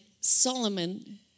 Solomon